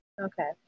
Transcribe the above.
Okay